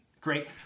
great